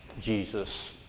Jesus